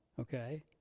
Okay